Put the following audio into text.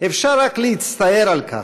אפשר רק להצטער על כך.